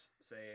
say